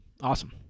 Awesome